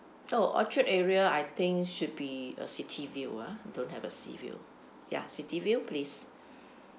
oh orchard area I think should be a city view ah don't have a sea view ya city view place